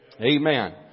Amen